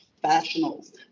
professionals